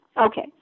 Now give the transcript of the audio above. Okay